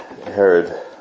Herod